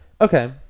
okay